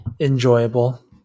enjoyable